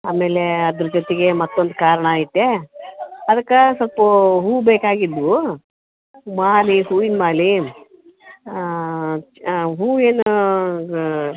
ಆಮೇಲೆ ಅದ್ರ ಜೊತೆಗೆ ಮತ್ತೊಂದು ಕಾರಣ ಐತೆ ಅದಕ್ಕೆ ಸ್ವಲ್ಪ ಹೂವು ಬೇಕಾಗಿದ್ದವು ಮಾಲೆ ಹೂವಿನ ಮಾಲೆ ಹೂವು ಏನು